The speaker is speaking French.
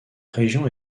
région